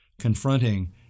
confronting